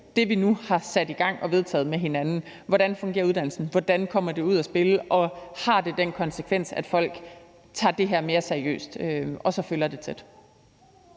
det, vi nu har sat i gang og vedtaget med hinanden: Hvordan fungerer uddannelsen? Hvordan kommer det ud at spille? Har det den konsekvens, at folk tager det her mere seriøst? Og så skal vi følge det tæt.